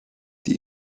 die